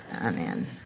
Amen